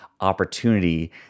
opportunity